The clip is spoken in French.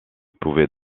pouvait